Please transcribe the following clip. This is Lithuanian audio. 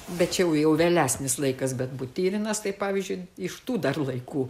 bet čia jau jau vėlesnis laikas bet butyrinas tai pavyzdžiui iš tų laikų